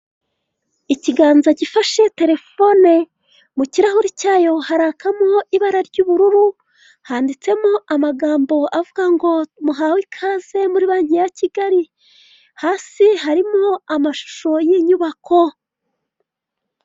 Ikiganza gifashe telefone mu kirahuri cyayo harakamo ibara ry'ubururu, handitsemo amagambo avuga ngo: muhawe ikaze muri banki ya kigali'', hasi harimo amashusho y'inyubako.